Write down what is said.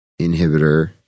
inhibitor